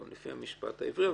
גם לפי המשפט העברי,